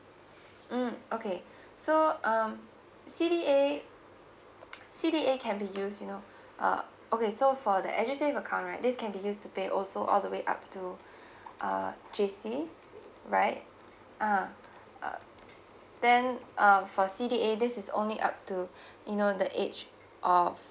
mm okay so uh C_D_A C_D_A can be use you know uh okay so for the edusave account right this can be used to pay also all the way up to uh J_C right uh uh then uh for C_D_A this is only up to you know the age of